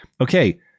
Okay